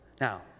Now